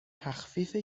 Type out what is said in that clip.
تخفیف